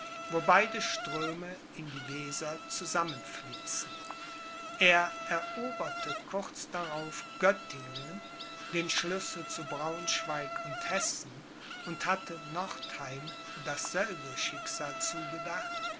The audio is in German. wo beide ströme in die weser zusammenfließen er eroberte kurz darauf göttingen den schlüssel zu braunschweig und hessen und hatte nordheim dasselbe schicksal zugedacht